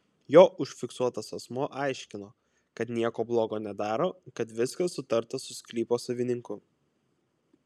jo užfiksuotas asmuo aiškino kad nieko blogo nedaro kad viskas sutarta su sklypo savininku